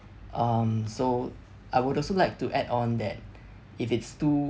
um so I would also like to add on that if it's too